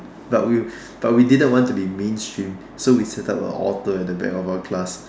but we but we didn't want to be mainstream so we set up a altar at the back of our class